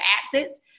absence